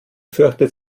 fürchtet